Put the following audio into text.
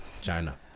China